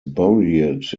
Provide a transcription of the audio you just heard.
buried